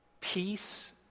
peace